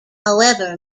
however